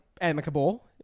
amicable